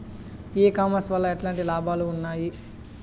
ఈ కామర్స్ వల్ల ఎట్లాంటి లాభాలు ఉన్నాయి?